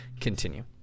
continue